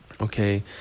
okay